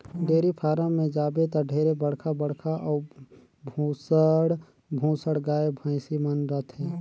dairy farm में जाबे त ढेरे बड़खा बड़खा अउ भुसंड भुसंड गाय, भइसी मन रथे